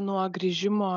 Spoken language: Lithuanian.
nuo grįžimo